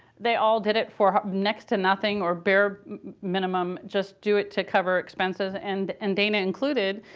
they all did it for next to nothing or bare minimum, just do it to cover expenses, and and dana included.